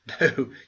No